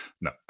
No